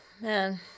Man